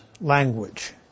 language